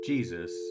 Jesus